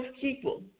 people